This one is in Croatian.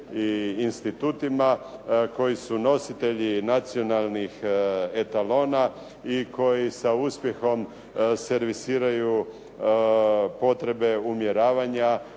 i institutima koji su nositelji nacionalnih etalona i koji sa uspjehom servisiraju potrebe umjeravanja